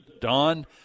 Don